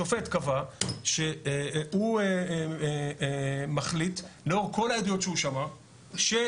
שופט קבע שהוא מחליט לאור כל העדויות שהוא שמע ששיער